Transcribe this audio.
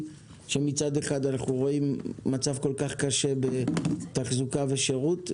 שמצד אחד אנחנו רואים מצב כל כך קשה בתחזוקה ושירות,